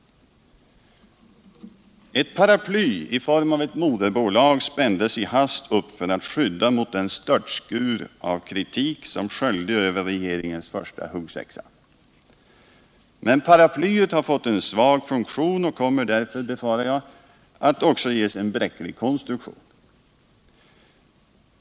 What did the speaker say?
Ett paraply i form av ett moderbolag spändes i hast upp för att skydda mot den störtskur av kritik som sköljde över regeringens första huggsexa. Men paraplyet har fått en svag funktion och kommer därför, befarar jag, att också ges en bräcklig konstruktion.